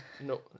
no